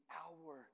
hour